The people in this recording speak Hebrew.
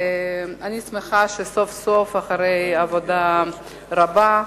אני שמחה שסוף-סוף, אחרי עבודה רבה,